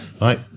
right